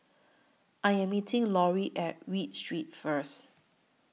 I Am meeting Laurie At Read Street First